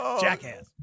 Jackass